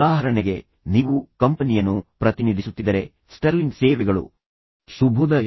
ಉದಾಹರಣೆಗೆ ನೀವು ಕಂಪನಿಯನ್ನು ಪ್ರತಿನಿಧಿಸುತ್ತಿದ್ದರೆ ನೀವು ಹೇಳುವ ಮೂಲಕ ಪ್ರಾರಂಭಿಸಬಹುದು ಸ್ಟರ್ಲಿಂಗ್ ಸೇವೆಗಳು ಶುಭೋದಯ